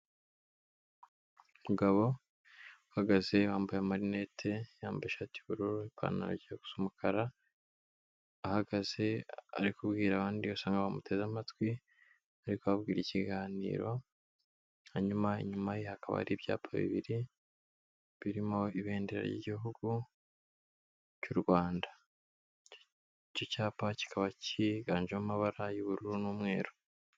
Umugabo uhagaze wambaye amarinete, yambaye ishati y'ubururu, ipantaro ijya gusa umukara, ahagaze ari kubwira abandi basa nk'aho bamuteze amatwi ari kubabwira ikiganiro, hanyuma inyuma ye hakaba ari ibyapa bibiri birimo ibendera ry'Igihugu cy'u Rwanda. Icyo cyapa kikaba cyiganjemo amabara y'ubururu n'umweru.